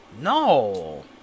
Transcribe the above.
No